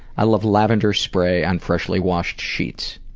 i love lavender spray on freshly washed sheets.